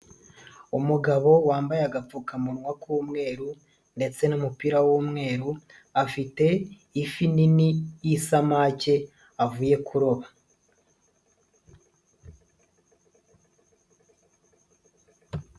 Umugabo wambaye agapfukamunwa k'umweru ndetse n'umupira w'umweru. Afite ifi nini y'isamake avuye kuroba.